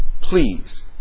please